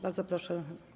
Bardzo proszę.